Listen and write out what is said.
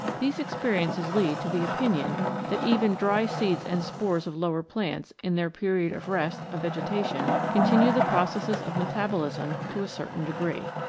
these experiences lead to the opinion that even dry seeds and spores of lower plants in their period of rest of vegetation continue the processes of metabolism to a certain degree.